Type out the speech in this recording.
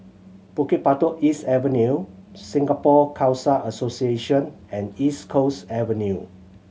Bukit Batok East Avenue Singapore Khalsa Association and East Coast Avenue